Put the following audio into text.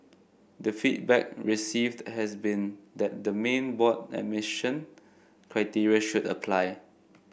the feedback received has been that the main board admission criteria should apply